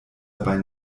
dabei